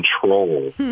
control